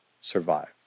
survive